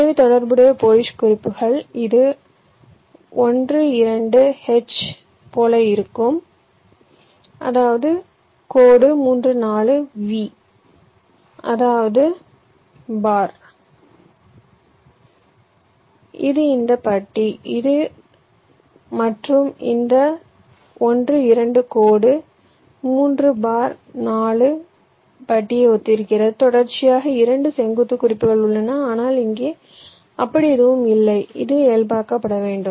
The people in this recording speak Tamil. எனவே தொடர்புடைய போலிஷ் குறிப்புகள் இவ்வாறு இருக்கும் இது 1 2 H போல இருக்கும் அதாவது கோடு 3 4 V அதாவது பார் இது இந்த பார் இந்த பார் இது மற்றும் இந்த 1 2 கோடு 3 பார் 4 பார் ஒத்திருக்கிறது தொடர்ச்சியாக இரண்டு செங்குத்து குறிப்புகள் உள்ளன ஆனால் இங்கே அப்படி எதுவும் இல்லை இது இயல்பாக்கப்பட வேண்டும்